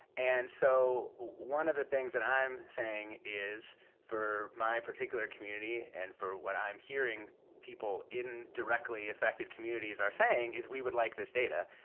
and so one of the things that i'm saying is for my particular community and for what i'm hearing people in directly affected communities are saying is we would like this data.